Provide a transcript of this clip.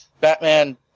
Batman